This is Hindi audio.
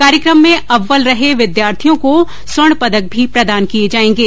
कार्यक्रम में अव्वल रहे विद्यार्थियों को स्वर्ण पदक भी प्रदान किये जायेंगे